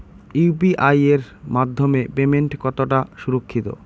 UPI এর মাধ্যমে payment কতটা সুরক্ষিত?